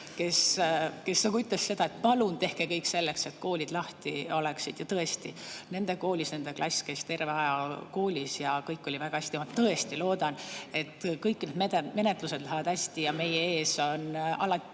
poeg, ütles, et palun tehke kõik selleks, et koolid lahti oleksid. Ja tõesti, nende koolis nende klass käis terve aja koolis ja kõik oli väga hästi. Ma väga loodan, et kõik need menetlused lähevad hästi ja meie ees on alati,